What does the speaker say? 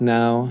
now